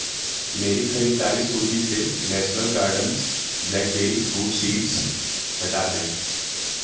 मेरी ख़रीददारी सूची से National Gardens blackberry fruit seeds हटा दें